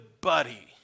buddy